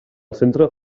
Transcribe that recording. centre